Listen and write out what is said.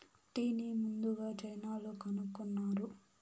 టీని ముందుగ చైనాలో కనుక్కున్నారు